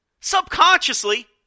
Subconsciously